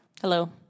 Hello